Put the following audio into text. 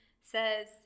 says